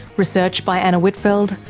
research by anna whitfeld,